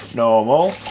normal,